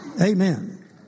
Amen